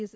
S